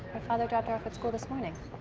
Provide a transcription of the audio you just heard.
father dropped her off at school this morning.